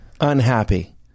unhappy